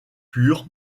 pur